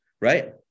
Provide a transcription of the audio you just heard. Right